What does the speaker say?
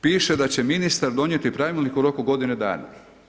Piše da će ministar donijeti pravilnik u roku godine dana.